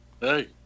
hey